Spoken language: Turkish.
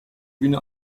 günü